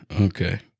okay